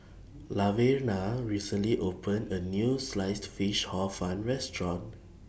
Laverna recently opened A New Sliced Fish Hor Fun Restaurant